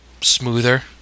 smoother